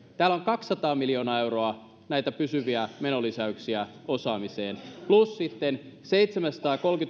täällä on kaksisataa miljoonaa euroa näitä pysyviä menolisäyksiä osaamiseen plus sitten seitsemänsataakolmekymmentä